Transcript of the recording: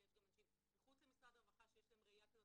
אבל יש גם אנשים מחוץ למשרד הרווחה שיש להם ראייה כזאת,